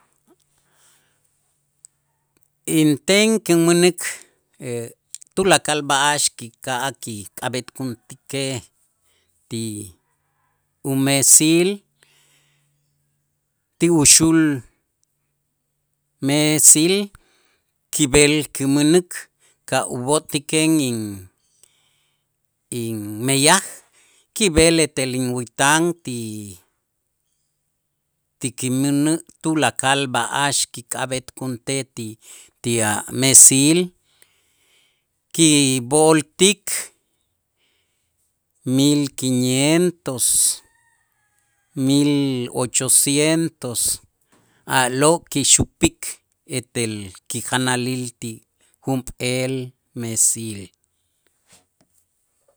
Inten kinmänik tulakal b'a'ax kika'aj kik'ab'etkuntikej ti umesil ti uxul mesil, kib'el kimänäk ka' ub'o'tiken in- inmeyaj kib'el etel inwätan ti- ti kimänä' tulakal b'a'ax kik'ab'etkuntej ti ti a' mesil kib'o'oltik mil quinientos, mil ochocientos a'lo' kixupik etel kijanalil ti junp'eel mesil.